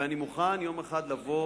ואני מוכן יום אחד לבוא